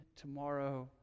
tomorrow